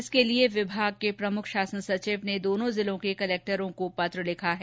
इसके लिये विभाग के प्रमुख शासन सचिव ने इसके लिये दोनों जिलों के कलक्टरों को पत्र लिखा है